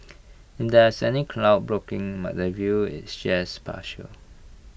if there were any cloud blocking the view IT just partial